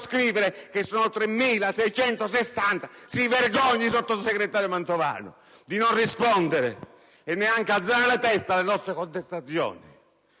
scrivere che sono 3.660! Si vergogni, sottosegretario Mantovano, di non rispondere e neanche di alzare la testa alle nostre contestazioni.